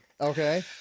Okay